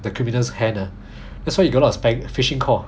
the criminals hands ah that's why you got a lot of phishing call